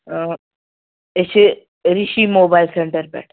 آ أسۍ چھِ ریٖشی موبایِل سینٹَر پٮ۪ٹھ